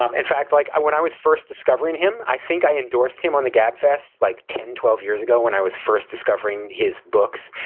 um in fact, like when i was first discovering him, i think i endorsed him on the gabfests like ten, twelve years ago when i was first discovering his books.